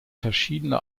verschiedene